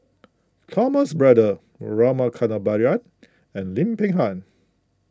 Thomas Braddell Rama Kannabiran and Lim Peng Han